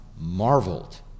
marveled